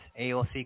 AOC